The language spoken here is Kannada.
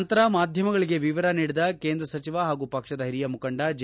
ನಂತರ ಮಾಧ್ಯಮಗಳಿಗೆ ವಿವರ ನೀಡಿದ ಕೇಂದ್ರ ಸಚಿವ ಹಾಗೂ ಪಕ್ಷದ ಹಿರಿಯ ಮುಖಂಡ ಜೆ